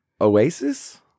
Oasis